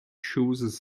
shoes